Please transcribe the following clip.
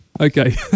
Okay